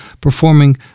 performing